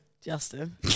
Justin